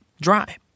dry